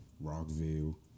Rockville